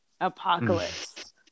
apocalypse